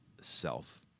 self